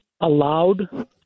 allowed